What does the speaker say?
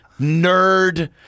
nerd